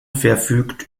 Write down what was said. verfügt